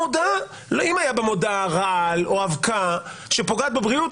אם היה במודעה רעל או אבקה שפוגעת בבריאות,